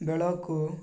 ବେଳକୁ